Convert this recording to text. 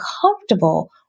comfortable